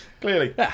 clearly